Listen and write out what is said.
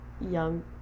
young